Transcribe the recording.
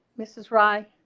mrs ry